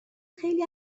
خیلی